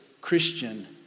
Christian